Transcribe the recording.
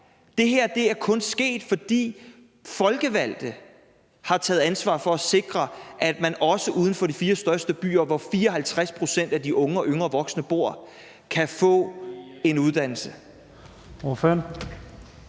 Det her er kun sket, fordi folkevalgte har taget ansvar for at sikre, at man også uden for de fire største byer, hvor 54 pct. af de unge og yngre voksne bor, kan få en uddannelse.